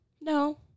no